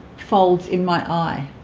folds in my eye